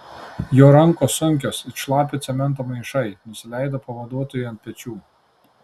jo rankos sunkios it šlapio cemento maišai nusileido pavaduotojui ant pečių